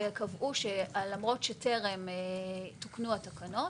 וקבעו שלמרות שטרם תוקנו התקנות,